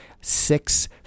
six